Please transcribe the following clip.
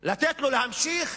לתת לו להמשיך?